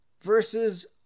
versus